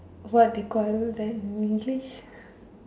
what they call that in English